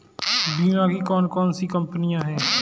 बीमा की कौन कौन सी कंपनियाँ हैं?